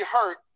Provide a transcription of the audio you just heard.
hurt